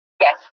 Yes